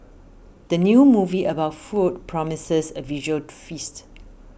the new movie about food promises a visual feast